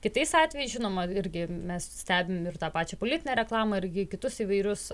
kitais atvejais žinoma irgi mes stebim ir tą pačią politinę reklamą ir kitus įvairius